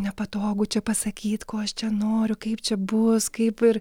nepatogu čia pasakyt ko aš čia noriu kaip čia bus kaip ir